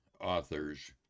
authors